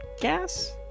gas